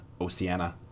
Oceana